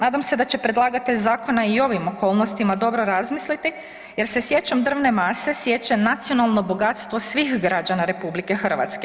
Nadam se da će predlagatelj zakona i o ovim okolnostima dobro razmisliti jer se sječom drvne mase sječe nacionalno bogatstvo svih građana RH.